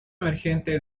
emergente